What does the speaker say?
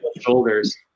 shoulders